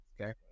okay